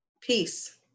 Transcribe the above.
peace